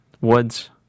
Woods